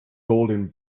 golden